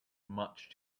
much